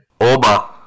Oba